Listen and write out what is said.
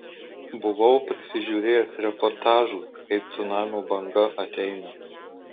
buvau prisižiūrėjęs reportažų kaip cunamio banga ateina